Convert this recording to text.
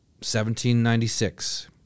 1796